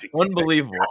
Unbelievable